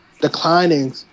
declining